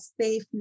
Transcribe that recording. safe